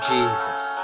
Jesus